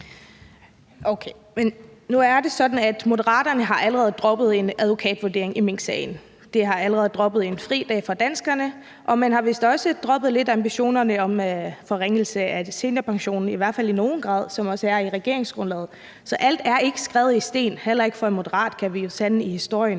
Okay. Men nu er det sådan, at Moderaterne allerede har droppet en advokatvurdering i minksagen. De har allerede droppet en fridag for danskerne, og man har vist også lidt droppet ambitionerne om forringelse af seniorpensionen, i hvert fald i nogen grad, som ellers også er en del af regeringsgrundlaget. Så alt er ikke skrevet i sten, heller ikke for en moderat, kan vi jo lære af historien.